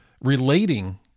relating